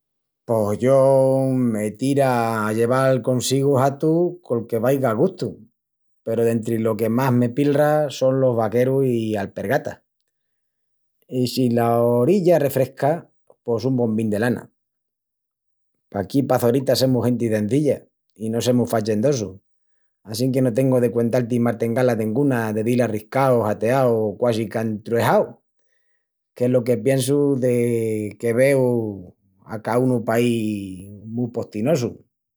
Pos yo… me tira a lleval consigu hatu col que vaiga a gustu peru dentri lo que más me pilra son los vaquerus i alpergatas, i si la orilla refresca pos un bombìn de lana. Paquí pa Çorita semus genti cenzilla i no semus fachendosus. Assinque no tengu de cuental-ti martingala denguna de dil arriscau, hateau o quasi que antruejau, qu'es lo que piensu deque veu a caúnu paí mu postinosu.